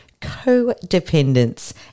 co-dependence